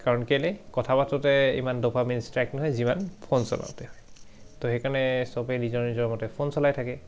কাৰণ কেলে কথা পাতোতে ইমান ড'পামাইন ষ্ট্ৰাইক নহয় যিমান ফোন চলাওঁতে হয় তো সেইকাৰণে চবেই নিজৰ নিজৰ মতে ফোন চলাই থাকে